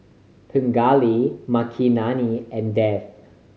Pingali Makineni and Dev